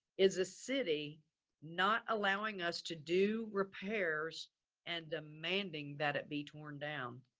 is a city not allowing us to do repairs and demanding that it be torn down?